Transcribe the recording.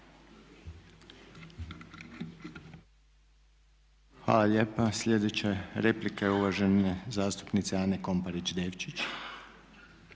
Hvala lijepa. Sljedeća replika je uvažene zastupnice Ane Komparić Devčić.